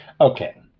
Okay